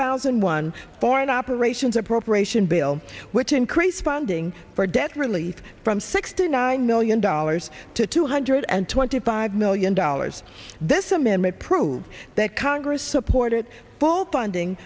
thousand and one foreign operations appropriation bill which increased funding for debt relief from sixty nine million dollars to two hundred and twenty five million dollars this amendment proved that congress supported both funding